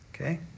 Okay